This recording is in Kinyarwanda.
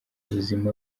buzima